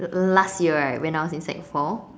last year right when I was in sec four